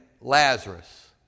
Lazarus